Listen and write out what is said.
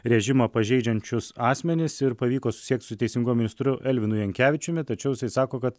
režimą pažeidžiančius asmenis ir pavyko susisiekt su teisingumo ministru elvinu jankevičiumi tačiau jisai sako kad